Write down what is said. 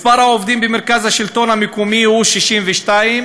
מספר העובדים במרכז השלטון המקומי הוא 62,